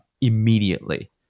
immediately